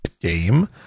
game